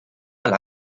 alla